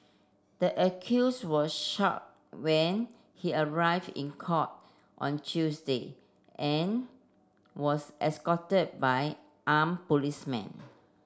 the accused was shackled when he arrive in court on Tuesday and was escorted by arm policemen